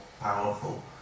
Powerful